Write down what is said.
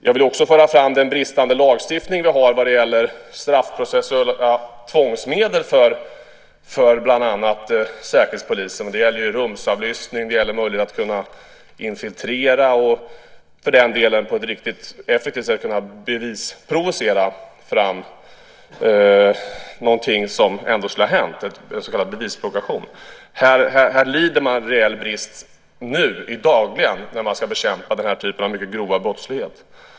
Jag vill också framhålla den bristande lagstiftning vi har vad gäller straffprocessuella tvångsmedel för bland annat Säkerhetspolisen. Det gäller rumsavlyssning, möjligheten att infiltrera och för den delen effektivt bevisprovocera fram någonting som ändå skulle ha hänt, så kallad bevisprovokation. Här lider man rejäl brist dagligen när man ska bekämpa den här typen av mycket grov brottslighet.